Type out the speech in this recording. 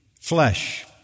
flesh